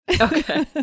okay